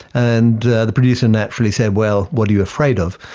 and the producer naturally said, well, what are you afraid of?